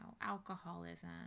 alcoholism